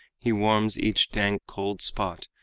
he warms each dank, cold spot,